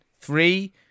three